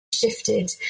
shifted